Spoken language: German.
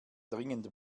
dringend